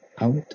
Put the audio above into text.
Out